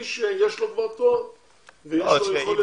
מי שיש לו כבר תואר ויש לו יכולת ניהולית,